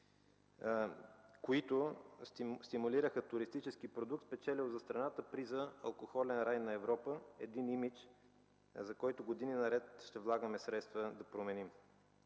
които стимулираха туристически продукт, спечелил за страната приза „алкохолен рай на Европа”, един имидж, за който години наред ще влагаме средства да променим.